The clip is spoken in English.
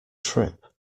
trip